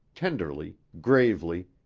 tenderly, gravely,